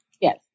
Yes